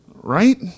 Right